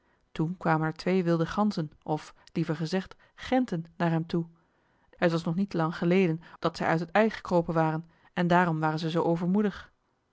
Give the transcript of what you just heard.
toen kwamen er twee wilde ganzen of liever gezegd genten naar hem toe het was nog niet lang geleden dat zij uit het ei gekropen waren en daarom waren zij zoo overmoedig